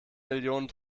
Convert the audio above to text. millionen